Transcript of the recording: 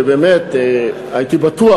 ובאמת הייתי בטוח,